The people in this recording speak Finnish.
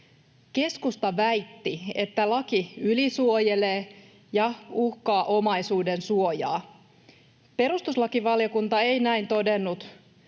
Keskusta väitti, että laki ylisuojelee ja uhkaa omaisuudensuojaa. Perustuslakivaliokunta ei näin todennut,